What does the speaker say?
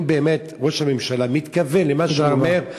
אם באמת ראש הממשלה מתכוון למה שהוא אומר,